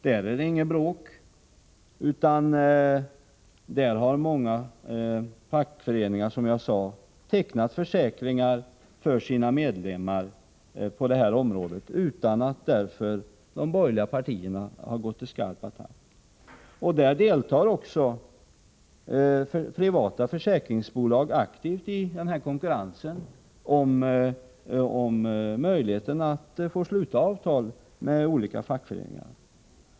Där har det inte varit något bråk, utan där har många fackföreningar tecknat försäkringar för sina medlemmar utan att de borgerliga partierna har gått till skarp attack. Också privata försäkringsbolag deltar aktivt i den här konkurrensen om möjligheten att sluta avtal med olika fackföreningar.